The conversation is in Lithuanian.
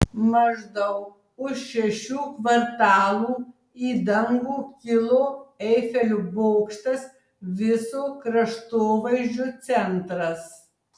maždaug už šešių kvartalų į dangų kilo eifelio bokštas viso kraštovaizdžio centras